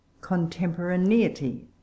contemporaneity